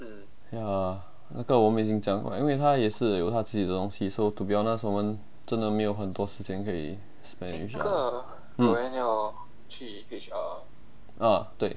ya 那个我们已经讲好 liao 因为她也是有她自己的东西 so to be honest 我们真的没有很多时间可以 spend with each other mm ah 对